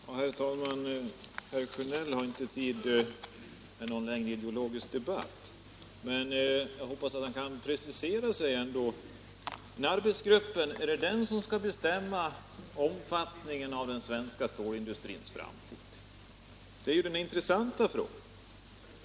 Herr talman! Herr Sjönell har inte tid med någon längre ideologisk debatt. Men jag hoppas att han ändå kan precisera sig. Är det arbetsgruppen som skall bestämma omfattningen av den svenska stålindustrin i framtiden? Det är ju den intressanta frågan.